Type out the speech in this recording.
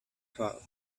twelve